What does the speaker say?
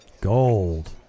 Gold